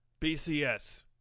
BCS